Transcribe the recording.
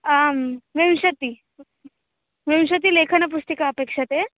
आं विंशतिः विंशतिः लेखनपुस्तिका अपेक्ष्यन्ते